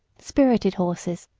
spirited horses,